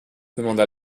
demanda